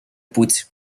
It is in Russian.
путь